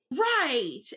Right